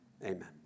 amen